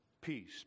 Peace